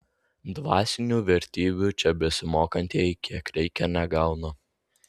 dvasinių vertybių čia besimokantieji kiek reikia negauna